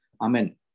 Amen